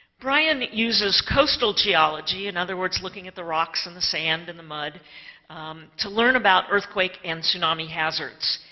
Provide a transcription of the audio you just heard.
brian uses coastal geology in other words, looking at the rocks and the sand and the mud to learn about earthquake and tsunami hazards.